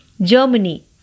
Germany